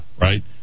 right